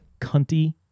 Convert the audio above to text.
cunty